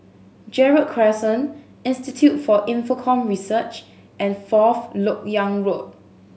Gerald Crescent Institute for Infocomm Research and Fourth Lok Yang Road